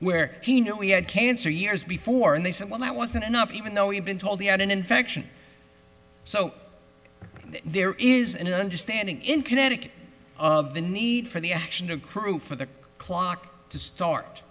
where he knew he had cancer years before and they said well that wasn't enough even though we had been told he had an infection so there is an understanding in connecticut of the need for the action of crew for the clock to start